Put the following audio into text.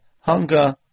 hunger